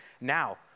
now